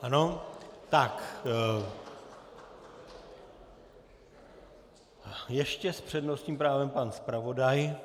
Ano, ještě s přednostním právem pan zpravodaj.